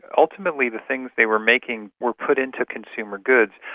ultimately the things they were making were put into consumer goods,